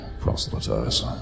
proselytize